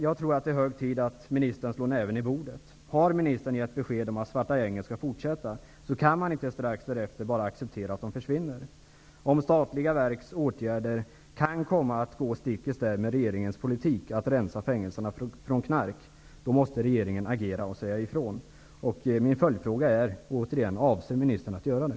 Jag tror att det är hög tid att ministern slår näven i bordet. Har ministern gett besked om att ''Svarta gänget'' skall få fortsätta kan man inte strax därefter bara acceptera att de försvinner. Om statliga verks åtgärder kan komma att gå stick i stäv med regeringens politik att rensa fängelserna från knark måste regeringen agera och säga ifrån. Min följdfråga är återigen: Vad avser ministern att göra nu?